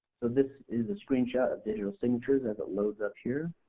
so this is a screenshot of digital signatures as it loads up here.